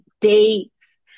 dates